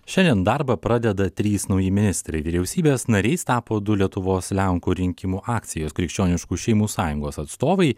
šiandien darbą pradeda trys nauji ministrai vyriausybės nariais tapo du lietuvos lenkų rinkimų akcijos krikščioniškų šeimų sąjungos atstovai